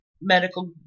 medical